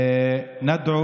תאמר